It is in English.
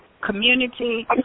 community